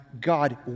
God